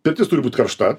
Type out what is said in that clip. pirtis turi būt karšta